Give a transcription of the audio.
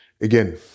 again